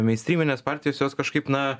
mainstryminės partijos jos kažkaip na